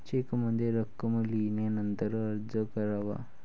चेकमध्ये रक्कम लिहिल्यानंतरच अर्ज करावा